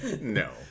no